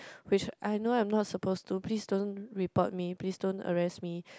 which I know I'm not suppose to please don't report me please don't arrest me